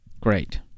Great